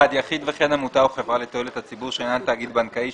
יחיד וכן עמותה או חברה לתועלת הציבור שאינן תאגיד בנקאי,